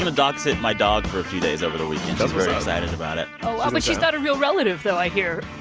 and dog-sit my dog for a few days over the excited about it oh, but she's not a real relative, though, i hear,